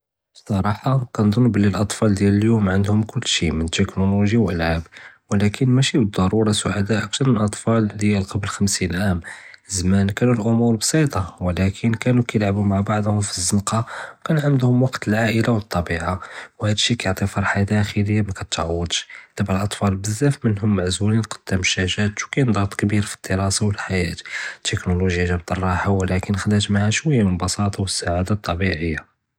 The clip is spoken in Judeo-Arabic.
בסראחה כנצן בלי אלאתפאל דיעל ליום ענדהום כלשי, מן טכנולוגיה ואלעאב, ולקין משי בבדרש סעדא קתר מן אלאתפאל דיעל קבל חמסין עאם, זמאן קאנו אלאומור בסיטה ולקין קאנו קיילעבו מעא בעדיהום פי הזנקה ו קאנו ענדהום וקט אלעאילה ו אלטביעה, ו הדש כיעקי فرחה דחיליה מאתגודש, דייא אתפאל בזאף מנהום מעזולין קדאם אלשאשאת ו קיין דחק כביר פי אלדיראסה ו אלחייאה, אלטכנולוגיה ג'בת אלרהא ולקין חדת מעאיה שווי מן אלבסاطة ואלסאעה אלטביעיה.